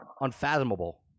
Unfathomable